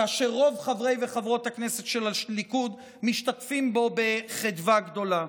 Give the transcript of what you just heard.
כאשר רוב חברי וחברות הכנסת של הליכוד משתתפים בו בחדווה גדולה.